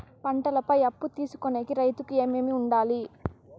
పంటల పై అప్పు తీసుకొనేకి రైతుకు ఏమేమి వుండాలి?